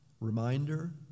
Reminder